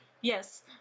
Yes